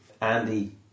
Andy